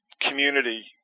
community